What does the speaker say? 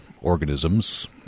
organisms